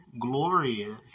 glorious